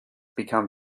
become